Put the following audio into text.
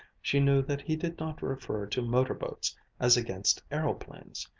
she knew that he did not refer to motor-boats as against aeroplanes.